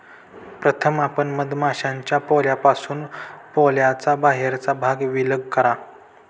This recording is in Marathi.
प्रथम आपण मधमाश्यांच्या पोळ्यापासून पोळ्याचा बाहेरचा भाग विलग करा